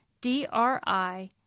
D-R-I